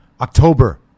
October